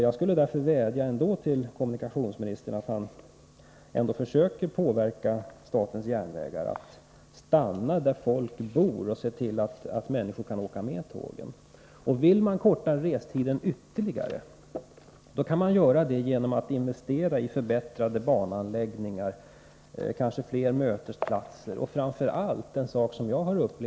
Jag skulle därför vilja vädja till kommunikationsministern att ändå försöka påverka statens järnvägar att låta tågen stanna där folk bor, så att människor kan åka med. Om man vill förkorta restiden ytterligare kan man göra det genom att investera i förbättrade bananläggningar, ordna fler mötesplatser och, framför allt, se till att loken inte går sönder.